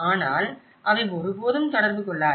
ஆனால் அவை ஒருபோதும் தொடர்பு கொள்ளாது